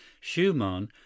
Schumann